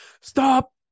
Stop